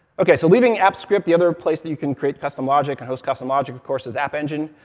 okay, so leaving apps script, the other place that you can create custom logic and host custom logic, of course, is app engine.